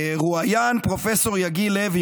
רואיין פרופ' יגיל לוי,